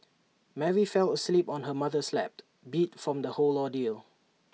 Mary fell asleep on her mother's lap beat from the whole ordeal